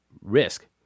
risk